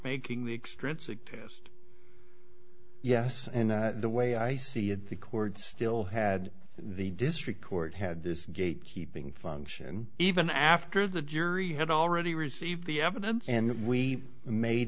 making the extrinsic test yes and the way i see it the cord still had the district court had this gate keeping function even after the jury had already received the evidence and we made